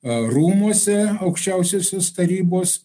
rūmuose aukščiausiosios tarybos